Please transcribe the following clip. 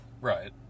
Right